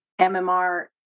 MMR